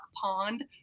Pond